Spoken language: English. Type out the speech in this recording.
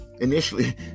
Initially